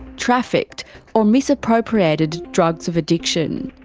trafficked or misappropriated drugs of addiction.